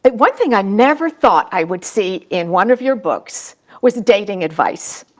but one thing i never thought i would see in one of your books was dating advice.